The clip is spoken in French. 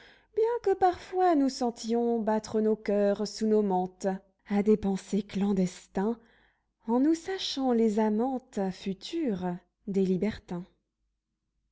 bien que parfois nous sentions battre nos coeurs sous nos mantes a des pensers clandestins en nous sachant les amantes futures des libertins